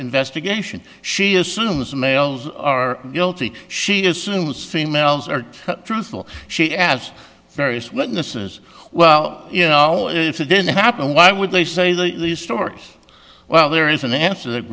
investigation she assumes the males are guilty she assumes females are truthful she adds various witnesses well you know if it didn't happen why would they say these stories well there is an answer that